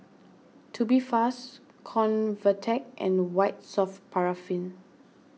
Tubifast Convatec and White Soft Paraffin